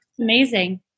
Amazing